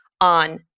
on